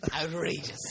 outrageous